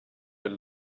your